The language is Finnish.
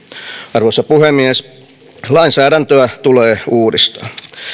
arvoisa puhemies lainsäädäntöä tulee uudistaa